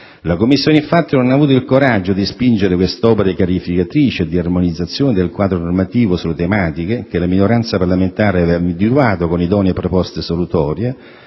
La Commissione, infatti, non ha avuto il coraggio di spingere quest'opera chiarifìcatrice e di armonizzazione del quadro normativo sulle tematiche che la minoranza parlamentare aveva individuato con idonee proposte solutorie